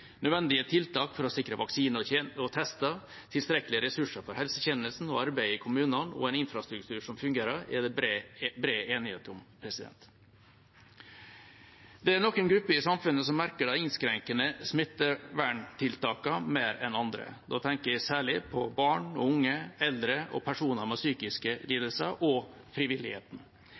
Nødvendige tiltak for å sikre vaksiner og tester, tilstrekkelige ressurser for helsetjenesten og arbeidet i kommunene og en infrastruktur som fungerer, er det bred enighet om. Det er noen grupper i samfunnet som merker de innskrenkende smitteverntiltakene mer enn andre. Da tenker jeg særlig på barn og unge, eldre og personer med psykiske lidelser og frivilligheten.